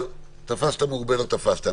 אבל תפסת מרובה לא תפסת.